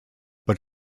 but